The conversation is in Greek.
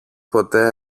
ποτέ